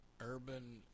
Urban